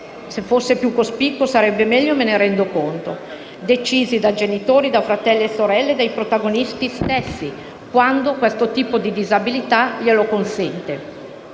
fosse più cospicuo sarebbe meglio) decisi dai genitori, da fratelli e sorelle, e dai protagonisti stessi, quando il tipo di disabilità glielo consente.